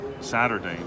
Saturday